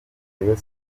rayon